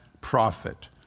prophet